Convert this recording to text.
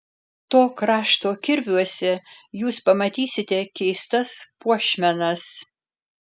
to krašto kirviuose jūs pamatysite keistas puošmenas